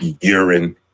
urine